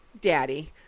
Daddy